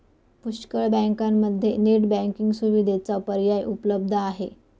पुष्कळ बँकांमध्ये net banking सुविधेचा पर्याय उपलब्ध आहे